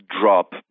drop